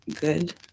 good